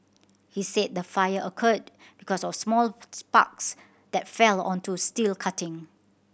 he said the fire occurred because of small sparks that fell onto steel cutting